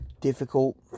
difficult